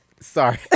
Sorry